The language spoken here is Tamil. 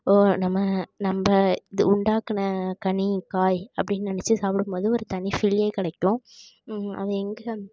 ஓ நம்ம நம்ப இது உண்டாக்கின கனி காய் அப்படின்னு நினச்சி சாப்பிடும் போது ஒரு தனி ஃபீலே கிடைக்கும் அது எங்கள்